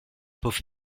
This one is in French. pauvres